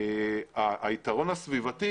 היתרון הסביבתי,